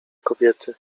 kobiety